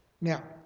Now